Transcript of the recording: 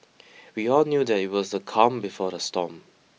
we all knew that it was the calm before the storm